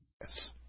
Yes